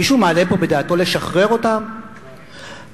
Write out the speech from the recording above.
מישהו מעלה פה בדעתו לשחרר אותם?